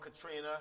Katrina